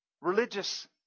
religious